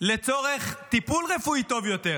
לצורך טיפול רפואי טוב יותר.